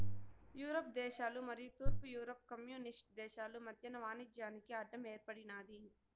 Europe దేశాలు మరియు తూర్పు యూరప్ కమ్యూనిస్టు దేశాలు మధ్యన వాణిజ్యానికి అడ్డం ఏర్పడినాది